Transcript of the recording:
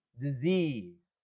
disease